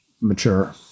mature